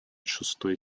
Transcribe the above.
шестой